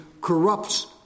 corrupts